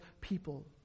people